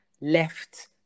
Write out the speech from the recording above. left